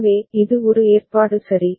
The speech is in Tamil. எனவே இது ஒரு ஏற்பாடு சரி